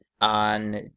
on